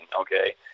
Okay